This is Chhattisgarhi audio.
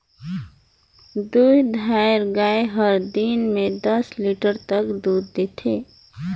दूधाएर गाय हर दिन में दस लीटर तक दूद देथे